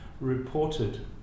reported